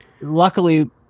luckily